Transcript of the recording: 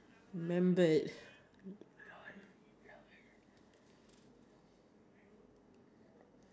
okay would tell me a story tell a story about a time when you were caught doing something embarrassing